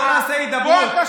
בוא נעשה הידברות.